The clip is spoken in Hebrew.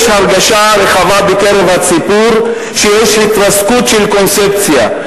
יש הרגשה בקרב הציבור הרחב שיש התרסקות של קונספציה,